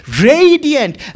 radiant